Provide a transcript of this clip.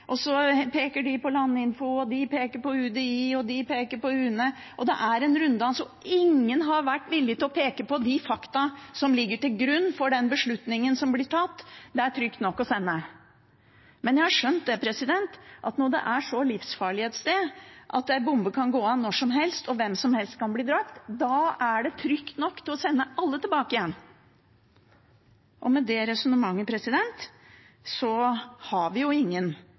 og Justisdepartementet. Så peker de på Landinfo, som peker på UDI, og de peker på UNE. Det er en runddans. Ingen har vært villig til å peke på de fakta som ligger til grunn for den beslutningen som blir tatt – det er trygt nok å sende. Men jeg har skjønt at når det er så livsfarlig et sted at en bombe kan gå av når som helst, og hvem som helst kan bli drept, da er det trygt nok til å sende alle tilbake igjen. Og med det resonnementet har vi jo ingen